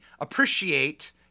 appreciate